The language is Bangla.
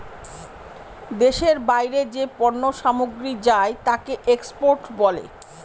দেশের বাইরে যে পণ্য সামগ্রী যায় তাকে এক্সপোর্ট বলে